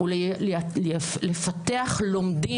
צהריים טובים.